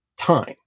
time